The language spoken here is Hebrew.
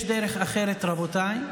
יש דרך אחרת, רבותיי,